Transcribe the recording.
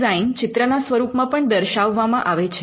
design ચિત્રના સ્વરૂપમાં પણ દર્શાવવામાં આવે છે